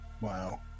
Wow